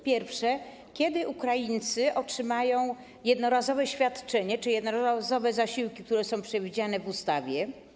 Pierwsze: Kiedy Ukraińcy otrzymają jednorazowe świadczenie czy jednorazowe zasiłki, które są przewidziane w ustawie?